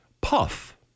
Puff